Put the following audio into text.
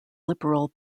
liberal